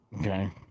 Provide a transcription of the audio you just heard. Okay